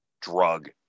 drug